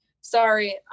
Sorry